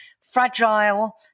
fragile